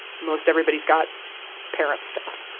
most everybody's got parents stuff.